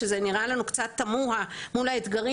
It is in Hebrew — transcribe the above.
שזה נראה לנו קצת תמוה מול האתגרים